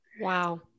Wow